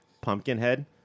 Pumpkinhead